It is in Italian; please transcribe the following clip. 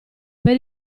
per